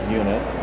unit